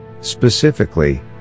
Specifically